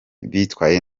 bitwaye